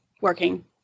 working